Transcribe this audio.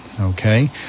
okay